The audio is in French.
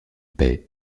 paient